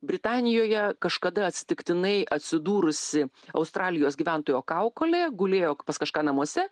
britanijoje kažkada atsitiktinai atsidūrusi australijos gyventojo kaukolė gulėjo pas kažką namuose